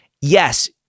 yes